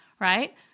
right